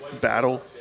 battle